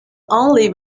only